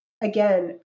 again